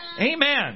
Amen